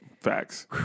Facts